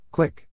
Click